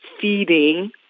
feeding